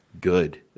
good